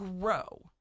grow